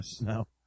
No